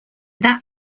that